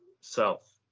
self